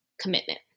commitment